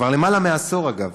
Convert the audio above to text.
כבר למעלה מעשור, אגב.